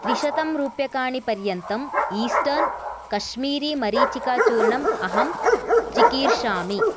त्रिशतं रूप्यकाणि पर्यन्तं ईस्टर्न् कश्मीरी मरीचिकाचूर्णम् अहं चिकीर्षामि